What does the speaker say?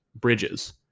Bridges